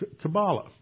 Kabbalah